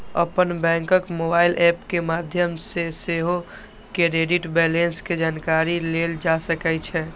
अपन बैंकक mobile app के माध्यम सं सेहो क्रेडिट बैंलेंस के जानकारी लेल जा सकै छै